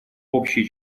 общей